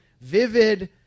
vivid